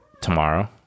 Tomorrow